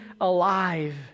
alive